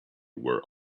were